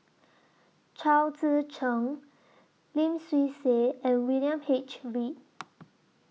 Chao Tzee Cheng Lim Swee Say and William H Read